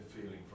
feeling